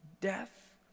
death